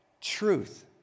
truth